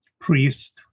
priest